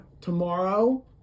tomorrow